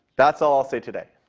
that's all i'll say today.